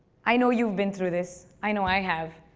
i know you've been through this. i know i have.